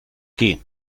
qui